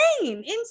insane